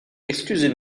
excusez